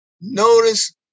Notice